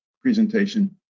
presentation